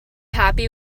happy